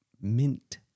mint